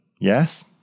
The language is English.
yes